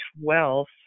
wealth